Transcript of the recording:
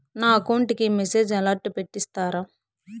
నా అకౌంట్ కి message alert పెట్టిస్తారా